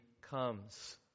comes